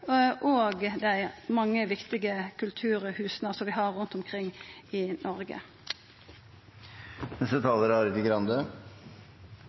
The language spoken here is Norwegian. og dei mange viktige kulturhusa vi har rundt omkring i Noreg.